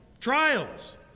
trials